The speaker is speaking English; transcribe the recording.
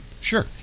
Sure